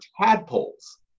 tadpoles